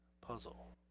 puzzle